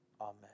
Amen